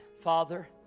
Father